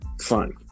Fine